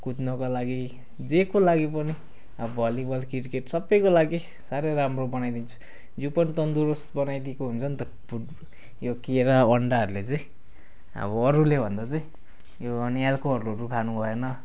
कुद्नको लागि जेको लागि पनि अब भलिबल क्रिकेट सबैको लागि साह्रै राम्रो बनाइदिन्छ जिउ पनि तन्दरुस्त बनाइदिएको हुन्छ नि त फुट यो केरा अन्डाहरूले चाहिँ अब अरूलेभन्दा चाहिँ यो अनि एल्कोहलहरू चाहिँ खानु भएन